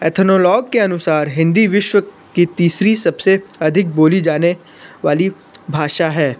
Ethnologue के अनुसार हिन्दी विश्व की तीसरी सबसे अधिक बोली जाने वाली भाषा है